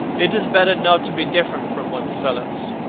it is better not to be different from one's fellows.